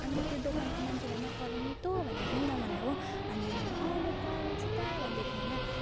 अनि त त्यो दोकानको मान्छेलाई नकराउने तँ भन्दै थियो नि त हो मलाई हो अनि त्यहाँदेखिन्को अँ म कराउँछु त भन्दै थिएँ हैन